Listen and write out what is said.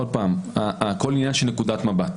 שוב, הכול עניין של נקודת מבט.